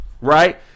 right